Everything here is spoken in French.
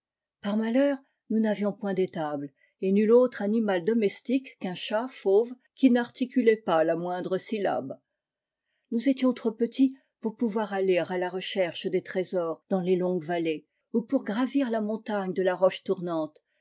par malheur nous n'avions point d'étable et nul autre animal domestique qu'un chat fauve qui n'articulait pas la moindre syllabe nous étions trop petits pour pouvoir aller à la recherche des trésors dans les longues vallées ou pour gravir la montagne de la roche tournante